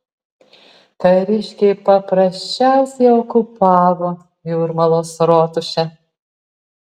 kariškiai paprasčiausiai okupavo jūrmalos rotušę